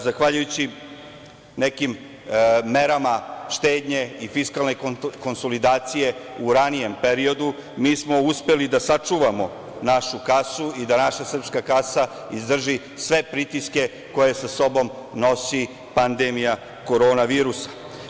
Zahvaljujući nekim merama štednje i fiskalne konsolidacije u ranijem periodu mi smo uspeli da sačuvamo našu kasu i da naša srpska kasa izdrži sve pritiske koje sa sobom nosi pandemija korona virusa.